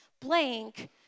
blank